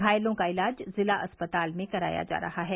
घायलों का इलाज जिला अस्पताल में कराया जा रहा है